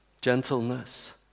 Gentleness